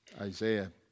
Isaiah